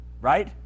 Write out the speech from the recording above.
right